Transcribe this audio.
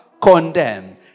condemn